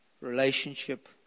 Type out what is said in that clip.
relationship